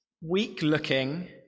weak-looking